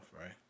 right